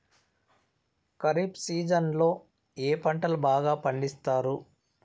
ఖరీఫ్ సీజన్లలో ఏ పంటలు బాగా పండిస్తారు